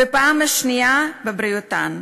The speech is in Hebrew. ופעם שנייה בבריאותן.